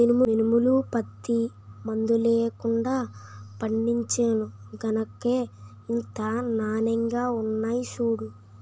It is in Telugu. మినుములు, పత్తి మందులెయ్యకుండా పండించేను గనకే ఇంత నానెంగా ఉన్నాయ్ సూడూ